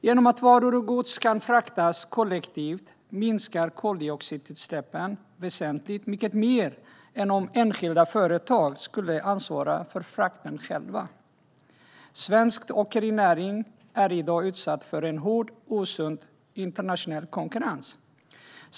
Genom att varor och gods kan fraktas kollektivt minskar koldioxidutsläppen väsentligt mycket mer än om enskilda företag skulle ansvara för frakten själva. Svensk åkerinäring är i dag utsatt för en hård och osund internationell konkurrens.